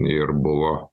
ir buvo